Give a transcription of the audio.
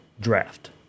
draft